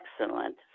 excellent